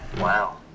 Wow